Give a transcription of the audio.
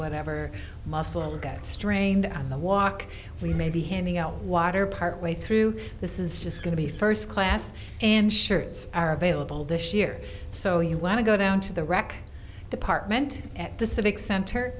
whatever muscle we get strained on the walk we may be handing out water partway through this is just going to be first class and shirts are available this year so you want to go down to the rec department at the civic center